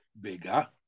bigger